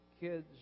kids